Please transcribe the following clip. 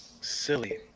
Silly